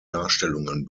darstellungen